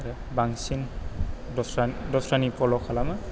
आरो बांसिन दस्रा दस्रानि फल' खालामो